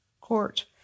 court